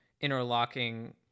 interlocking